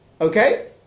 Okay